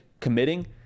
committing